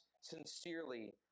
sincerely